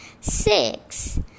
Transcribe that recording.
Six